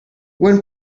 when